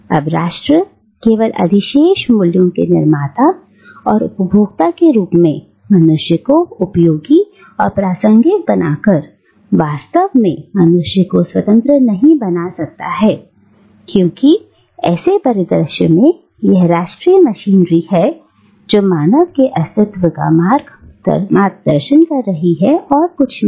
अब राष्ट्र केवल अधिशेष मूल्य के निर्माता और उपभोक्ता के रूप में मनुष्य को उपयोगी और प्रासंगिक बना कर वास्तव में मनुष्य को स्वतंत्र नहीं बनाता है क्योंकि ऐसे परिदृश्य में यह राष्ट्रीय मशीनरी है जो मानव के अस्तित्व का मात्र मार्गदर्शन कर रही है और कुछ नहीं